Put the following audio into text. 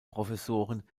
professoren